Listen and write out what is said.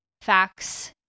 facts